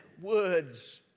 words